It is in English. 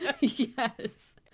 Yes